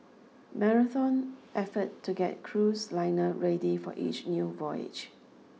Marathon effort to get cruise liner ready for each new voyage